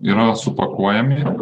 yra supakuojami